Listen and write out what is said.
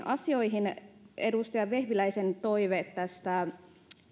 asioihin edustaja vehviläisen toive